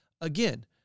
again